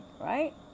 right